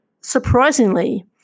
surprisingly